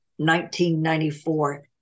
1994